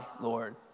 Lord